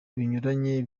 binyuranye